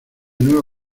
nuevo